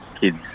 kids –